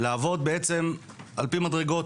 לעבוד על פי מדרגות.